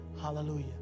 Hallelujah